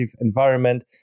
environment